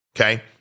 Okay